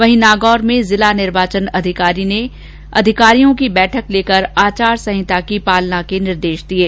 वहीं नागौर में जिला निर्वाचन अधिकारी ने अधिकारियों की बैठक लेकर आचार संहिता की पालना को लेकर निर्देश दिये